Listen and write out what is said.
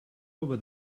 over